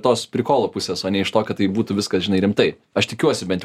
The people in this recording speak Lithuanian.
tos prikolo pusės o ne iš tokio tai būtų viskas žinai rimtai aš tikiuosi bent jau